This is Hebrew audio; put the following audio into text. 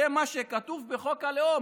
זה מה שכתוב בחוק הלאום,